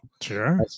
sure